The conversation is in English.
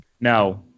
No